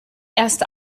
erst